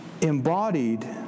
embodied